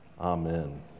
Amen